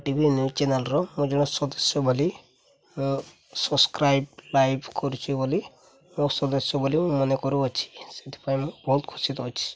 TV news ଚ୍ୟାନେଲ୍ର ମୁଁ ଜଣେ ସଦସ୍ୟ ବୋଲି ମୁଁ ସବସ୍କ୍ରାଇବ୍ ଲାଇଭ୍ କରୁଛି ବୋଲି ମୁଁ ସଦସ୍ୟ ବୋଲି ମୁଁ ମନେ କରୁଅଛି ସେଥିପାଇଁ ମୁଁ ବହୁତ ଖୁସିରେ ଅଛି